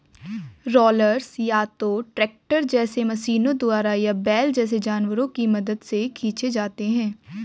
rollers या तो tractor जैसे मशीनों द्वारा या बैल जैसे जानवरों की मदद से खींचे जाते हैं